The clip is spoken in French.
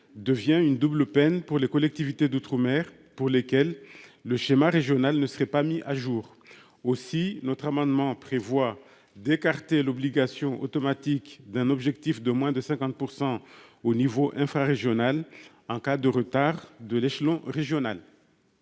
devient une double peine pour les collectivités d'outre-mer pour lesquelles le schéma régional ne serait pas mis à jour aussi notre amendement prévoit d'écarter l'obligation automatique d'un objectif de moins de 50% au niveau infra-régionale en cas de retard de l'échelon régional.